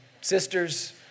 sisters